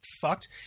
Fucked